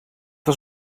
was